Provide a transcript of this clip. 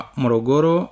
morogoro